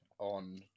on